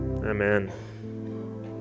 Amen